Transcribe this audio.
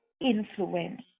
influence